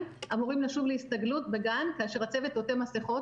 אמורים לשוב להסתגלות בגן כשהצוות עוטה מסכות,